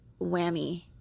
whammy